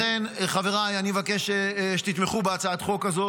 לכן, חבריי, אני מבקש שתתמכו בהצעת החוק הזאת.